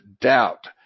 doubt